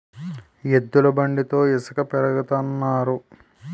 ఎద్దుల బండితో ఇసక పెరగతన్నారు